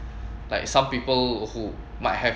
like some people who might have